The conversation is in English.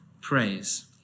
praise